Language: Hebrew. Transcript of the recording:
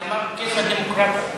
כי אמרת: קץ הדמוקרטיה.